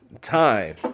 time